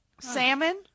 Salmon